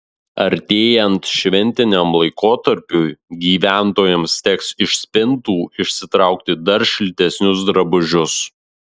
artėjant šventiniam laikotarpiui gyventojams teks iš spintų išsitraukti dar šiltesnius drabužius